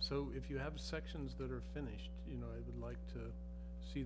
so if you have sections that are finished you know i'd like to see